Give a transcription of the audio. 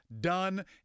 done